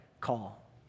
call